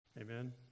Amen